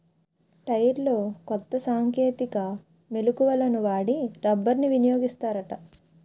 టైర్లలో కొత్త సాంకేతిక మెలకువలను వాడి రబ్బర్ని వినియోగిస్తారట